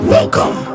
Welcome